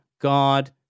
God